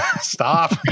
Stop